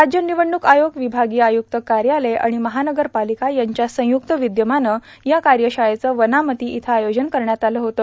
राज्य ानवडणूक आयोग ावभागीय आयुक्त कायालय आणि महानगरपार्मालका यांच्या संयुक्त र्पावद्यमानं या कायशाळेचे वनामती इथं आयोजन करण्यात होते